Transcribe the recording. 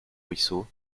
ruisseau